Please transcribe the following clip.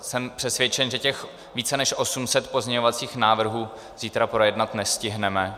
Jsem přesvědčen, že těch více než 800 pozměňovacích návrhů zítra projednat nestihneme.